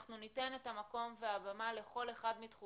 אנחנו ניתן את המקום והבמה לכל אחד מתחומי